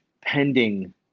pending